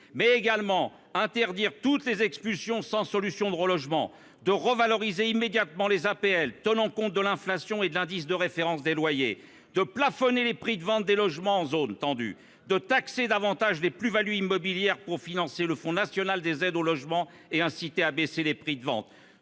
mais également interdiction de toutes les expulsions sans solution de relogement ; revalorisation immédiate des APL en tenant compte de l'inflation et de l'indice de référence des loyers ; plafonnement des prix de vente des logements en zone tendue ; plus grande taxation des plus-values immobilières pour financer le Fonds national d'aide au logement et inciter à baisser les prix de vente